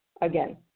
Again